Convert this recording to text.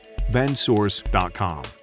bensource.com